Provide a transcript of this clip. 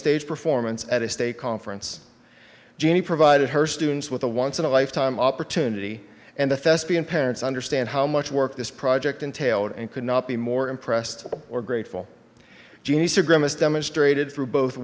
stage performance at a state conference jenny provided her students with a once in a lifetime opportunity and the thespian parents understand how much work this project entailed and could not be more impressed or grateful genius or grimace demonstrated through both